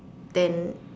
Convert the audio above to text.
then